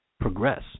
progress